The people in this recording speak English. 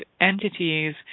entities